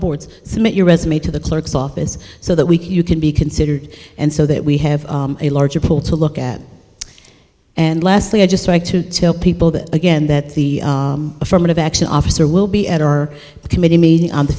boards submit your resume to the clerk's office so that we can you can be considered and so that we have a larger pool to look at and lastly i just try to tell people that again that the affirmative action officer will be at our committee meeting on the